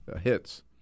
hits